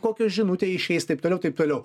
kokia žinutė išeis taip toliau taip toliau